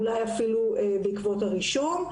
אולי אפילו בעקבות הרישום.